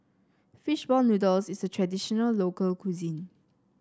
fish ball noodles is a traditional local cuisine